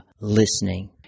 listening